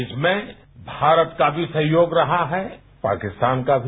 इसमें भारत का भी सहयोग रहा है पाकिस्तान का भी